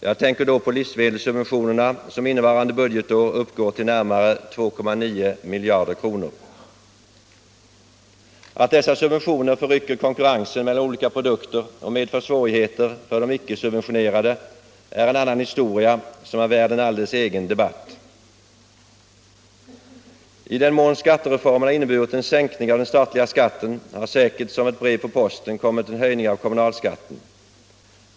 Jag tänker då på livsmedelssubventionerna, som innevarande budgetår uppgår till närmare 2,9 miljarder kronor. Att dessa subventioner förrycker konkurrensen mellan olika produkter och medför svårigheter för de icke-subventionerade är en annan historia, som är värd en alldeles egen debatt. I den mån skattereformerna inneburit en sänkning av den statliga skatten har säkert som ett brev på posten kommit en höjning av kommunalskatten.